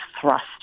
thrust